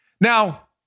Now